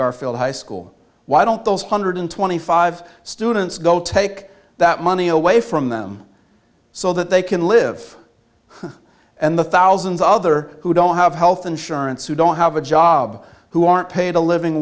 garfield high school why don't those hundred twenty five students go take that money away from them so that they can live and the thousands of other who don't have health insurance who don't have a job who aren't paid a living